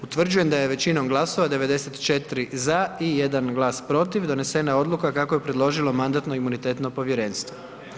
Utvrđujem da je većinom glasova, 94 za i 1 glas protiv, donesena odluka kako ju je predložilo Mandatno imunitetno povjerenstvo.